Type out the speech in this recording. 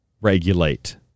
regulate